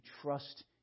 trust